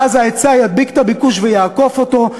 ואז ההיצע ידביק את הביקוש ויעקוף אותו.